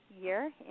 year